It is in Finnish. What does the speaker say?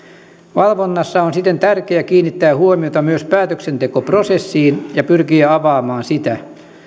valvonnassa on siten tärkeä kiinnittää huomiota myös päätöksentekoprosessiin ja pyrkiä avaamaan sitä